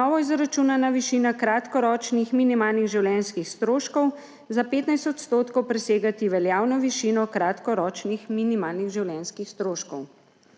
novo izračunana višina kratkoročnih minimalnih življenjskih stroškov za 15 % presegati veljavno višino kratkoročnih minimalnih življenjskih stroškov.